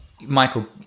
Michael